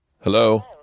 Hello